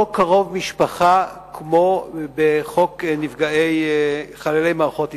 זה אותו קרוב משפחה כמו בחוק יום הזיכרון לחללי מערכות ישראל,